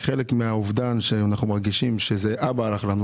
כחלק מהאובדן שאנחנו מרגישים שזה אבא הלך לנו,